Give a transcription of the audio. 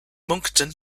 moncton